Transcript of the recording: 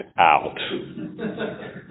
out